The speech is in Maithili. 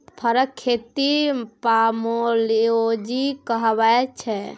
फरक खेती पामोलोजी कहाबै छै